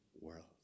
world